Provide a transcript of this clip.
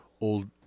old